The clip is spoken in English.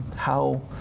how